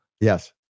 yes